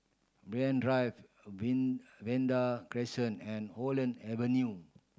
Banyan Drive Vanda Crescent and Holland Avenue